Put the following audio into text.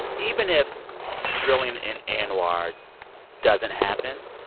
even if drilling in anwr doesn't happen,